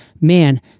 man